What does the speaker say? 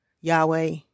Yahweh